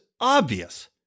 obvious